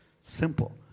Simple